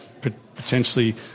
potentially